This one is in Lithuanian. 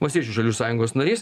valstiečių žaliųjų sąjungos narys